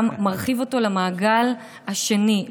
להרחיב אותה למעגל השני,